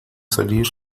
salir